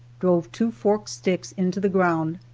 drove two forked sticks into the ground,